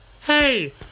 Hey